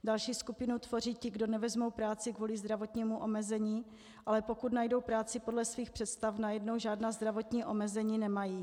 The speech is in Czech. Další skupinu tvoří ti, kdo nevezmou práci kvůli zdravotnímu omezení, ale pokud najdou práci podle svých představ, najednou žádná zdravotní omezení nemají.